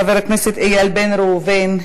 חבר הכנסת יוסף ג'בארין,